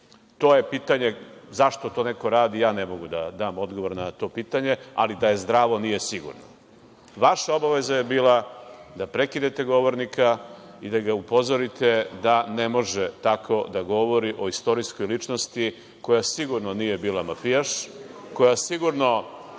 To je pitanje zašto to neko radi, a ja ne mogu da dam odgovor na to pitanje, ali da je zdravo, nije sigurno. Vaša obaveza je bila da prekinete govornika i da ga upozorite da ne može tako da govori o istorijskoj ličnosti koja sigurno nije bila mafijaš, za koga sigurno